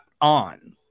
on